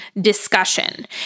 Discussion